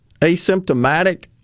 asymptomatic